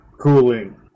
cooling